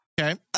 Okay